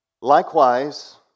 Likewise